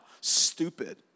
stupid